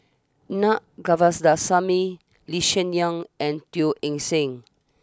Naa Govindasamy Lee Hsien Yang and Teo Eng Seng